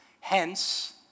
Hence